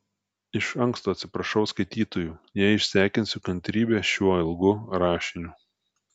iš anksto atsiprašau skaitytojų jei išsekinsiu kantrybę šiuo ilgu rašiniu